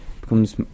becomes